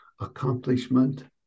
accomplishment